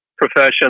profession